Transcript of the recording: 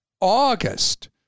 August